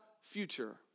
future